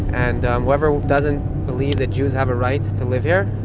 and whoever doesn't believe that jews have a right to live here,